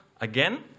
again